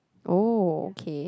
oh okay